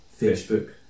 Facebook